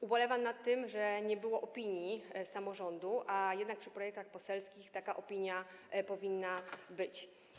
Ubolewam nad tym, że nie było opinii samorządu, a jednak przy projektach poselskich taka opinia powinna być.